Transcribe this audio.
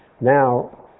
Now